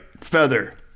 feather